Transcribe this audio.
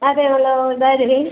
അതെയല്ലോ ഇതാരേന്